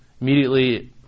immediately